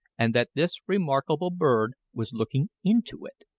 and that this remarkable bird was looking into it.